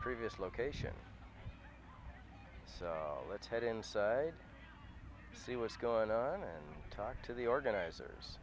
previous location so let's head inside see what's going on and talk to the organizers